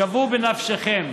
שוו בנפשכם